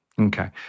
Okay